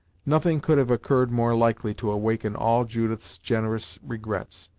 nothing could have occurred more likely to awaken all judith's generous regrets,